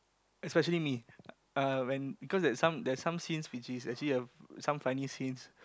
especially me uh when because there's some there's some scenes which is actually uh some funny scenes